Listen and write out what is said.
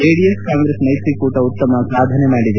JDS Congress ಮ್ಕೆತ್ರಿಕೂಟ ಉತ್ತಮ ಸಾಧನೆ ಮಾಡಿದೆ